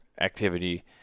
activity